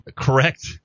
correct